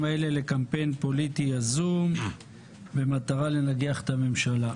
האלה לקמפיין פוליטי יזום במטרה לנגח את הממשלה.